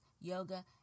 yoga